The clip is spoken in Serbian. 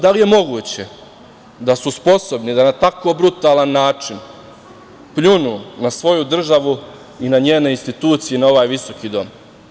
Da li je moguće da su sposobni da na tako brutalan način pljunu na svoju državu i na njene institucije na ovaj Visoki dom?